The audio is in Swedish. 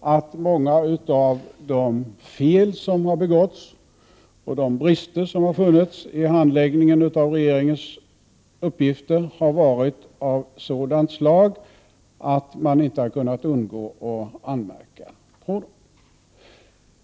att många av de fel som har begåtts och de brister som har funnits i handläggningen av regeringens uppgifter har varit av sådant slag att man inte kunnat undgå att anmärka på dem.